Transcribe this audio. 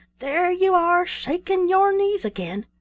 there you are shaking your knees again.